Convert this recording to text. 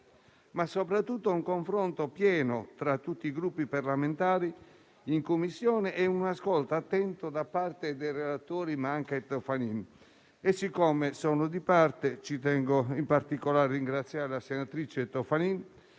ma soprattutto un confronto pieno tra tutti i Gruppi parlamentari in Commissione e un ascolto attento da parte dei relatori Manca e Toffanin. E siccome sono di parte, ci tengo in particolare a ringraziare la senatrice Toffanin,